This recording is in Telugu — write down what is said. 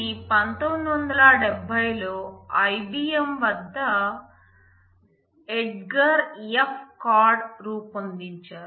దీనిని 1970లో IBM వద్ద ఎడ్గార్ ఎఫ్ కాడ్ రూపొందించారు